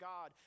God